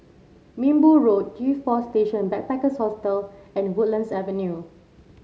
Minbu Road G Four Station Backpackers Hostel and Woodlands Avenue